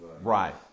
Right